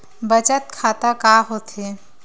बचत खाता का होथे?